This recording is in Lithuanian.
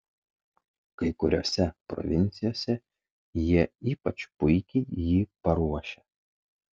kai kuriose provincijose jie ypač puikiai jį paruošia